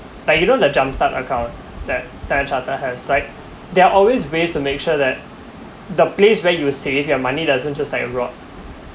like you know the jump start account that standard chartered has like there are always ways to make sure that the place where you save your money doesn't just like a rock